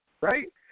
right